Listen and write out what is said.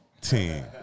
team